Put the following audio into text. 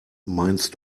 meinst